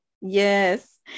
Yes